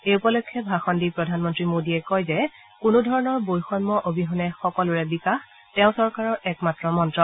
এই উপলক্ষে ভাষণ দি প্ৰধানমন্ত্ৰী মোডীয়ে কয় যে কোনো ধৰণৰ বৈষম্য অবিহনে সকলোৰে বিকাশ তেওঁৰ চৰকাৰৰ একমাত্ৰ মন্ত্ৰ